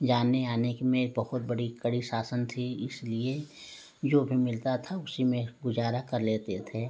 जाने आने में बहुत बड़ी कड़ी शासन थी इसलिए जो भी मिलता था उसी में गुज़ारा कर लेते थे